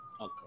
Okay